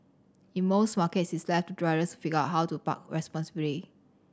in most markets it's left to riders to figure out how to park responsibly